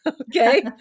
okay